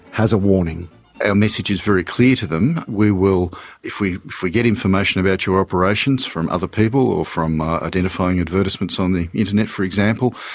has a warning our message is very clear to them. we will if we get information about your operations from other people or from identifying advertisements on the internet, for example,